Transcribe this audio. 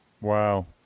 Wow